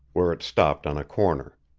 where it stopped on a corner.